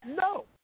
No